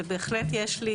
ובהחלט יש לי